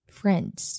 friends